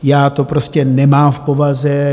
Já to prostě nemám v povaze.